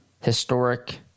historic